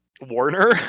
Warner